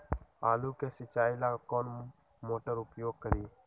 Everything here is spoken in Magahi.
आलू के सिंचाई ला कौन मोटर उपयोग करी?